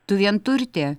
tu vienturtė